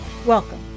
Welcome